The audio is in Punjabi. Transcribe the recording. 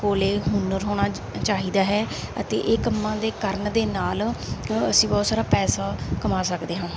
ਕੋਲ ਹੁਨਰ ਹੋਣਾ ਚਾਹੀਦਾ ਹੈ ਅਤੇ ਇਹ ਕੰਮਾਂ ਦੇ ਕਰਨ ਦੇ ਨਾਲ ਅਸੀਂ ਬਹੁਤ ਸਾਰਾ ਪੈਸਾ ਕਮਾ ਸਕਦੇ ਹਾਂ